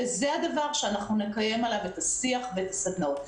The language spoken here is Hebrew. זה הדבר שנקיים עליו את השיח ואת הסדנאות.